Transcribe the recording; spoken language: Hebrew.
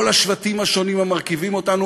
כל השבטים השונים המרכיבים אותנו,